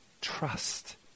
Trust